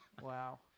Wow